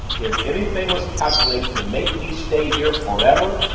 if anything was calculated to make me stay here forever,